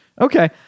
Okay